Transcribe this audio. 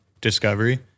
discovery